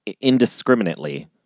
indiscriminately